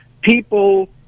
People